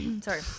Sorry